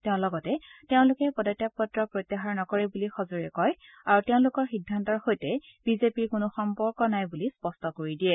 তেওঁ লগতে তেওঁলোকে পদত্যাগ পত্ৰ প্ৰত্যাহাৰ নকৰে বুলি সজোৰে কয় আৰু তেওঁলোকৰ সিদ্ধান্তৰ সৈতে বিজেপিৰ কোনো সম্পৰ্ক নাই বুলি স্পষ্ট কৰি দিয়ে